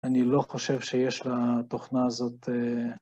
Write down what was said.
אני לא חושב שיש לתוכנה הזאת אה..